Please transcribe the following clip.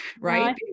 right